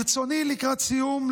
לקראת סיום,